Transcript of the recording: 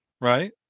right